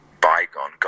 bygone